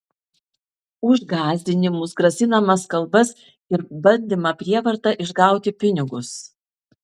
už gąsdinimus grasinamas kalbas ir bandymą prievarta išgauti pinigus